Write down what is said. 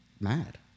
mad